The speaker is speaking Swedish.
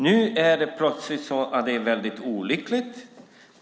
Nu är det plötsligt väldigt olyckligt.